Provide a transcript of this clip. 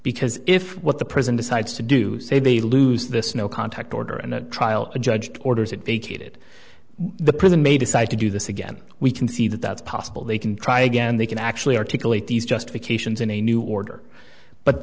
because if what the person decides to do say they lose this no contact order and a trial a judge orders it vacated the prison may decide to do this again we can see that that's possible they can try again they can actually articulate these just vacations in a new order but